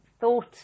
thought